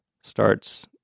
starts